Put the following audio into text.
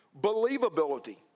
Believability